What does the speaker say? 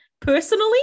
personally